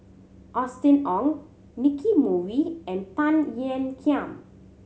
Austen Ong Nicky Moey and Tan Ean Kiam